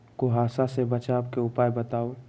कुहासा से बचाव के उपाय बताऊ?